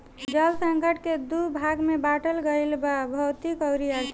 जल संकट के दू भाग में बाटल गईल बा भौतिक अउरी आर्थिक